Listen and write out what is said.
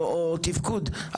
או תפקוד,